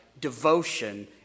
Devotion